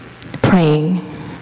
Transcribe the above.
praying